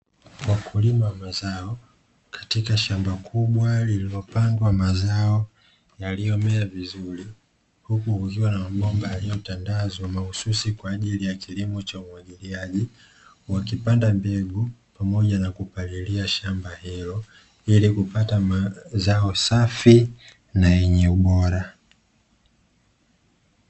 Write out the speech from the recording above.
Wakulima wa mazao katika shamba kubwa lililopandwa mazao yaliomea vizuri, huku kukiwa na mabomba yaliyotandazwa maususi kwa ajili ya kilimo cha umwagiliaji, wakipanda mbegu pamoja na kupalilia shamba hilo hili kupata mazao safi na yenye ubora.